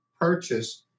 purchase